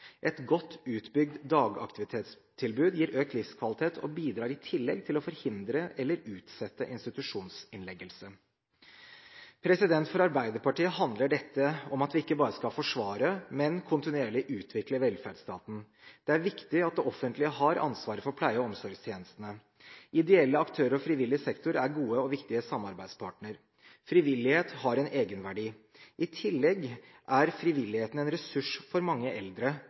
Et godt utbygd dagaktivitetstilbud gir økt livskvalitet og bidrar i tillegg til å forhindre eller utsette institusjonsinnleggelse. For Arbeiderpartiet handler dette om at vi ikke bare skal forsvare, men kontinuerlig utvikle velferdsstaten. Det er viktig at det offentlige har ansvaret for pleie- og omsorgstjenestene. Ideelle aktører og frivillig sektor er gode og viktige samarbeidspartnere. Frivillighet har en egenverdi. I tillegg er frivilligheten en ressurs for mange eldre,